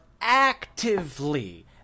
Actively